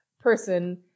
person